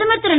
பிரதமர் திரு